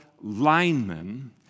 lineman